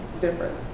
different